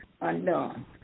undone